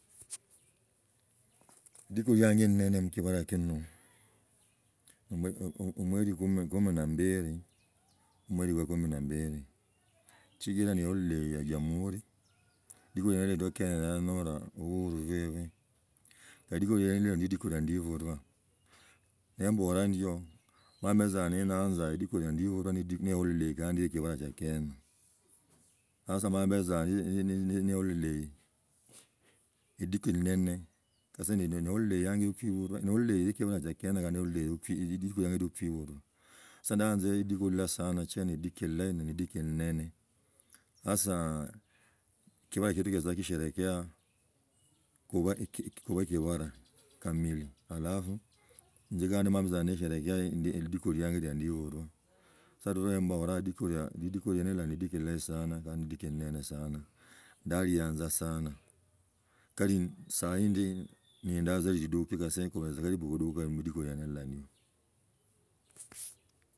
lidiku lianga linene mukibala kino ni mwe- mwe- mweli kumi na mbili mweli wa kumi na mbili chikira ni goli lwa jamuhuri lidiku liena hilyo ndakandalaa ndola wa lubebe kali lidiku liena hilyo lidiku lia ndiibulwa nehula kandi ne yekibala kia kenya sasa mhetza nehulahi lidiku linene sasa ndendi nohula yanje yakuibulwa nohula ye kibala kia kenya kandi nohula lidiku lianje liokuibulwa inzi ndayanza lidiku ila sana sichira ediku ilahi ne lidiku linene hasa kabala chetu kibaa kisherehekea kuba ekikora kanaili halafu nzigane tza buza nisherehekea lidiku lianje lia ndiibulwa sa lwa lemboola lidiku liene lia ne lidiku itahi sana kandi lidiki linana sana ndalyanza sana kali sahi ndi niinda tza shiduke tza lube karibu kuduka lidiku lem lla ndio.